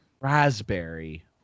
Raspberry